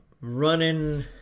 Running